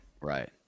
Right